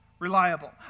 Reliable